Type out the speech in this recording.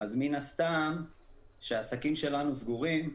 אז מן הסתם כשהעסקים שלנו סגורים,